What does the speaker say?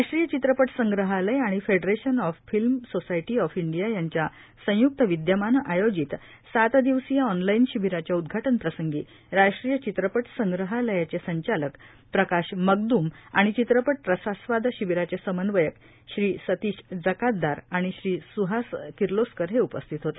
राष्ट्रीय चित्रपट संग्रहालय आणि federation of film society of India यांच्या संय्क्त विद्यमाने आयोजित सात दिवसीय ऑनलाईन शिबिराच्या उद्घाटन प्रसंगी राष्ट्रीय चित्रपट चित्रपट संग्रहालयाचे संचालक प्रकाश मगद्म आणि चित्रपट रसास्वाद शिबिराचे समन्वयक श्री सतीश जकातदार आणि श्री स्हास किर्लोस्कर हे उपस्थित होते